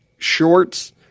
shorts